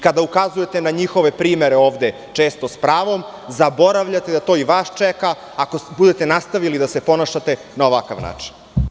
Kada ukazujete na njihove primere ovde, često s pravom, zaboravljate da to i vas čeka ako budete nastavili da se ponašate na ovakav način.